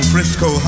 Frisco